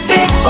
Big